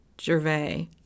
Gervais